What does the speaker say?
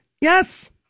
Yes